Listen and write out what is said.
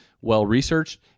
well-researched